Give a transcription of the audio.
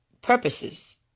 purposes